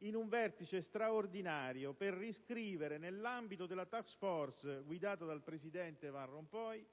in un vertice straordinario per riscrivere, nell'ambito della *task force* guidata dal presidente Van Rompuy,